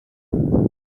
bit